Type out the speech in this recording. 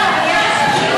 הממשלה (תיקון,